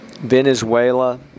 Venezuela